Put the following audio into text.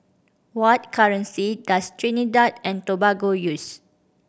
what currency does Trinidad and Tobago use